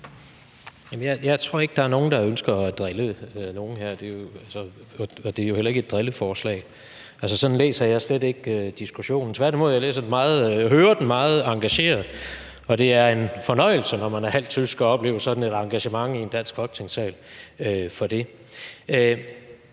Jeg tror ikke, der er nogen, der ønsker at drille nogen her. Og det er heller ikke et drilleforslag. Sådan læser jeg slet ikke diskussionen. Tværtimod hører jeg den som meget engageret, og det er en fornøjelse, når man er halvt tysk, at opleve sådan et engagement for det i en dansk folketingssal. Hr.